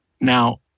Now